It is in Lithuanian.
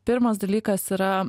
pirmas dalykas yra